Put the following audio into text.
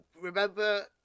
Remember